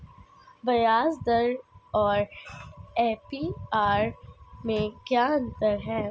ब्याज दर और ए.पी.आर में क्या अंतर है?